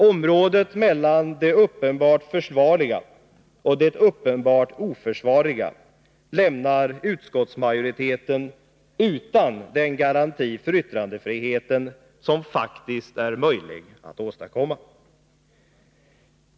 Området mellan det uppenbart försvarliga och det uppenbart oförsvarliga lämnar utskottsmajoriteten utan den garanti för yttrandefriheten som faktiskt är möjlig att åstadkomma.